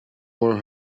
were